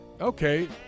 okay